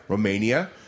Romania